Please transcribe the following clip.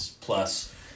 plus